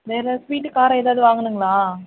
வேற ஸ்வீட்டு காரம் ஏதாவது வாங்கணுங்களா